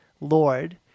Lord